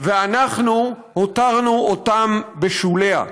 ואנחנו הותרנו אותם בשוליה.